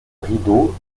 rideau